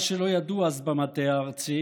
מה שלא ידעו אז במטה הארצי